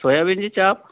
soybean जी चाप